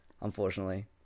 unfortunately